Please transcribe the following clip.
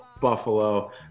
buffalo